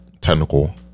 technical